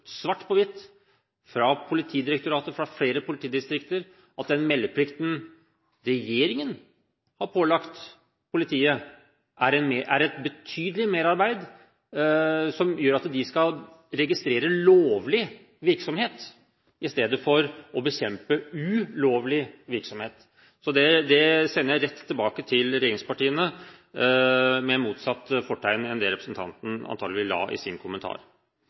svart på hvitt fra Politidirektoratet og fra flere politidistrikter at den meldeplikten regjeringen har pålagt politiet, er et betydelig merarbeid, som gjør at de skal registrere lovlig virksomhet i stedet for å bekjempe ulovlig virksomhet. Det sender jeg rett tilbake til regjeringspartiene med motsatt fortegn av det representanten antakelig la i sin kommentar.